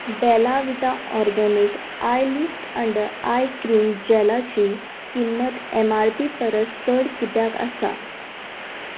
Bella Vita organic eyelift and eye cream जॅलाची किंमत MRP परस चड कित्याक आसा